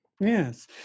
yes